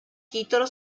titolo